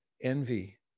envy